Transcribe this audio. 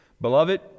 Beloved